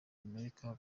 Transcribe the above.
amerika